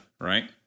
right